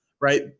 right